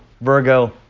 Virgo